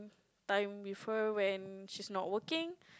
time with her when she's not working